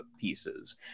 pieces